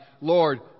Lord